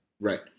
Right